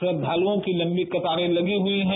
श्रद्वालयों की लम्बी कतारे लगी हुई हैं